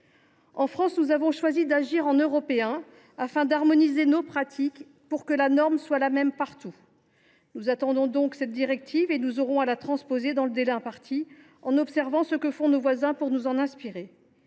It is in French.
En France, nous avons choisi d’agir en Européens, c’est à dire d’harmoniser les pratiques, pour que la norme soit la même partout. Nous attendions donc cette directive et nous aurons à la transposer dans le délai imparti, en observant ce que font nos voisins pour nous en inspirer.